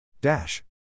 Dash